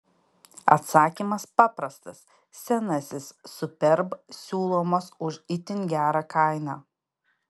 atsakymas paprastas senasis superb siūlomas už itin gerą kainą